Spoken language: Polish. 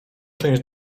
część